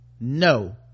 no